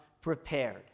prepared